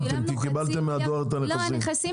כי קיבלתם מהדואר את הנכסים.